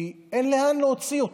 כי אין לאן להוציא אותו,